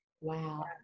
Wow